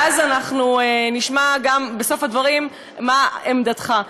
ואז בסוף הדברים נשמע מה עמדתך,